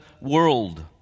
world